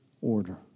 order